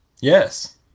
Yes